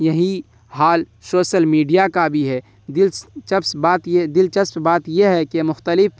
یہی حال social media کا بھی ہے دلچسپ بات یہ دلچسپ بات یہ ہے کہ مختلف